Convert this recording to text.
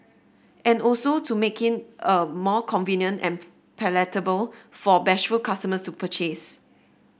and also to making a more convenient and palatable for bashful customers to purchase